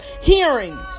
hearing